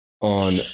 on